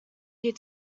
here